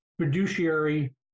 fiduciary